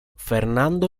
fernando